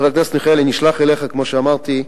חבר הכנסת מיכאלי, נשלח אליך, כמו שאמרתי,